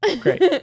Great